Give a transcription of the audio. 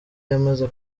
yamaze